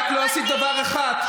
רק לא עשית דבר אחד.